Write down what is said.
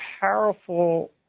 powerful